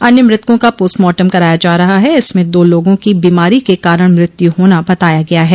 अन्य मृतकों का पोस्टमार्टम कराया जा रहा है इसमें दो लोगों की बीमारी के कारण मृत्यु होना बताया गया है